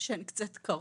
שהן קצה הקרחון.